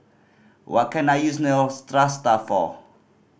what can I use Neostrata for